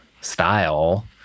style